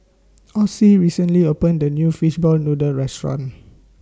Osie recently opened A New Fishball Noodle Restaurant